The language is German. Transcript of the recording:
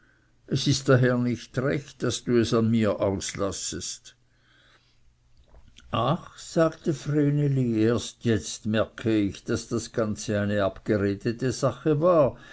es ist daher nicht recht daß du es an mir auslassest ach sagte vreneli erst jetzt merke ich daß das ganze eine abgeredete sache war